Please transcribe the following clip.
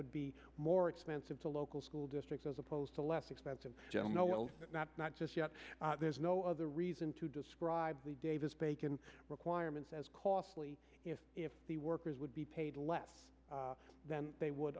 would be more expensive to local school districts as opposed to less expensive gel no well not just yet there's no other reason to describe the davis bacon requirements as costly if the workers would be paid less than they would